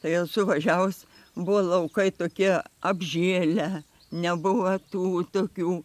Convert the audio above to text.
tai esu suvažiavus buvo laukai tokie apžėlę nebuvo tų tokių